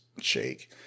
shake